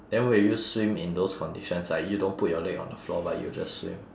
then will you swim in those conditions like you don't put your leg on the floor but you just swim